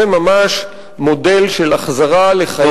זה ממש מודל של החזרה לחיים, טוב.